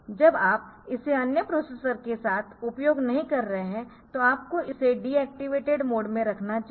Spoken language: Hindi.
जब आप इसे अन्य प्रोसेसर के साथ उपयोग नहीं कर रहे है तो आपको इसे डीएक्टिवेटेड मोड में रखना चाहिए